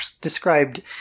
described